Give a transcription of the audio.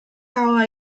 ahoa